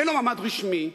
אין לו מעמד רשמי,